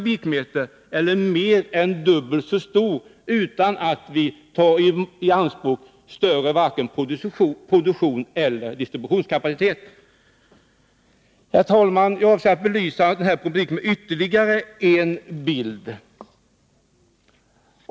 per år eller mer än dubbelt så stor — och detta utan att vi tar i anspråk vare sig större produktionseller distributionskapacitet. Herr talman! Jag avser att belysa denna problematik med ytterligare en bild.